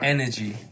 Energy